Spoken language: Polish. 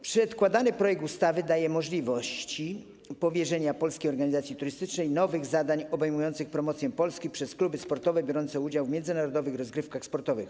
Przedkładany projekt ustawy daje możliwości powierzenia Polskiej Organizacji Turystycznej nowych zadań obejmujących promocję Polski przez kluby sportowe biorące udział w międzynarodowych rozgrywkach sportowych.